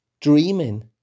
dreaming